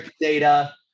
data